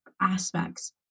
aspects